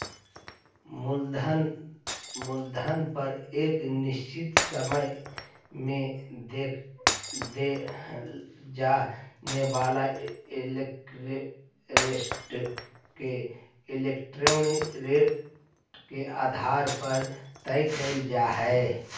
मूलधन पर एक निश्चित समय में देल जाए वाला इंटरेस्ट के इंटरेस्ट रेट के आधार पर तय कईल जा हई